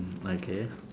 okay